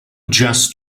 just